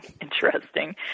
interesting